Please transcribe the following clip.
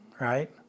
right